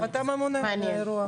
אתה ממונה על האירוע.